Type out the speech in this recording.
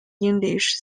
yiddish